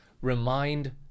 remind